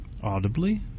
audibly